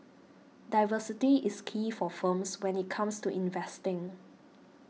diversity is key for firms when it comes to investing